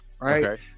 right